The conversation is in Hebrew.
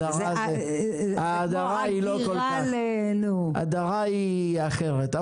הדרה היא אחרת.